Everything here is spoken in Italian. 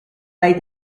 dai